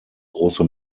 große